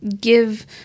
give